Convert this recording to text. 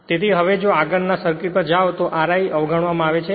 તેથી હવે જો અહીંના આગળના સર્કિટ પર જાઓ તો Ri અવગણવામાં આવે છે